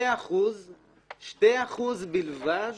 2% בלבד השיבו: